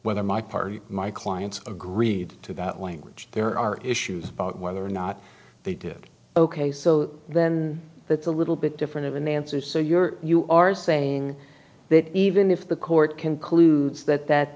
whether my party my clients agreed to that language there are issues about whether or not they did ok so then that's a little bit different of an answer so you're you are saying that even if the court concludes that that